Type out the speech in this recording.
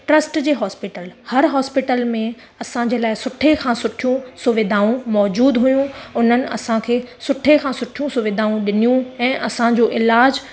trust जे hospital हर hospital में असांजे लाइ सुठे खां सुठियूं सुविधाऊं मौज़ूदु हुयूं उन्हनि असांखे सुठे खां सुठी सुविधाऊं ॾिनियूं ऐं असांजो इलाज